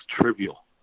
trivial